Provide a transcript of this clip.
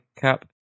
cap